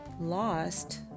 lost